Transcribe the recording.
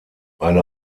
eine